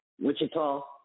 Wichita